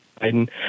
Biden